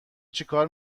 چیکار